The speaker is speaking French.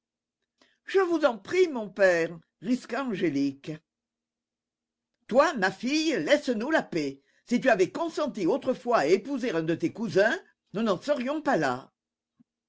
je vous en prie mon père risqua angélique toi ma fille laisse-nous la paix si tu avais consenti autrefois à épouser un de tes cousins nous n'en serions pas là